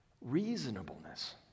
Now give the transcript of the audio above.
reasonableness